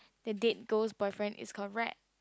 the date girl's boyfriend is called Rad